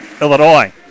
Illinois